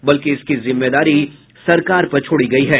बल्कि इसकी जिम्मेदारी सरकार पर छोड़ी गयी है